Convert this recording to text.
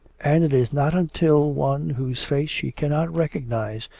and it is not until one whose face she cannot recognise,